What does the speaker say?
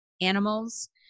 animals